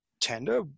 tender